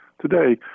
today